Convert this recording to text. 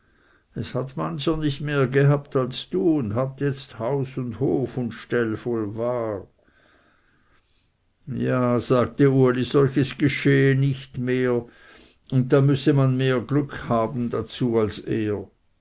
es hat mancher nicht mehr gehabt als du und hat jetzt haus und hof und ställ voll war ja sagte uli solches geschehe nicht mehr und dann müsse man mehr glück haben dazu als er